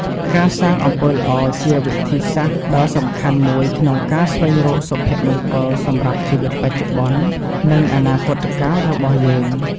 ការសាងអំពើល្អ ជាវិធីសាស្ត្រដ៏សំខាន់មួយក្នុងការស្វែងរកសុភមង្គលសម្រាប់ជីវិតបច្ចុប្បន្ន និងអនាគតកាលរបស់យើង។